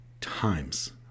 times